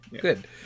good